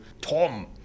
Tom